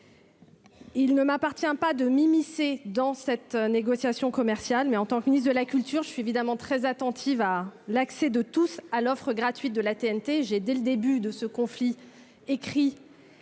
Il ne m'appartient pas de m'immiscer dans cette négociation commerciale, mais en tant que ministre de la culture, je suis évidemment très attentive à l'accès de tous à l'offre gratuite de la TNT, j'ai dès le début de ce conflit, écrit